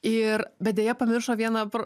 ir bet deja pamiršo vieną pro